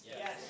Yes